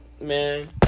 Man